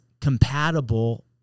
compatible